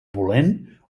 volent